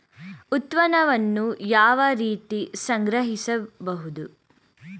ಉತ್ಪನ್ನವನ್ನು ಯಾವ ರೀತಿ ಸಂಗ್ರಹಿಸಬಹುದು?